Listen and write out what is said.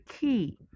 key